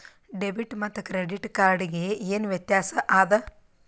Debit ಮತ್ತ credit card ಗೆ ಏನ ವ್ಯತ್ಯಾಸ ಆದ?